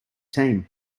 team